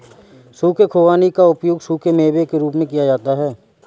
सूखे खुबानी का उपयोग सूखे मेवों के रूप में किया जाता है